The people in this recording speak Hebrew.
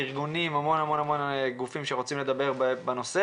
ארגונים וגופים נוספים שרוצים לדבר בנושא